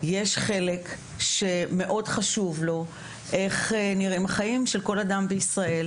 יש חלק שמאוד חשוב לו איך נראים החיים של כל אדם בישראל,